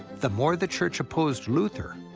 the more the church opposed luther,